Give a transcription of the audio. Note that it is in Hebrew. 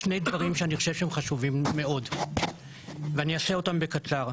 שני דברים שאני חושב שהם חשובים מאוד ואני אעשה אותם בקצר.